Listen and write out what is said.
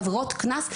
עבירות קנס,